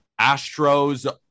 Astros